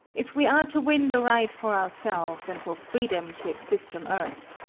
if we are to win the right for ourselves and for freedom to exist on earth,